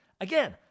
Again